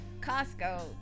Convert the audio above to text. Costco